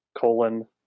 colon